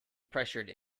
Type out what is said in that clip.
pressured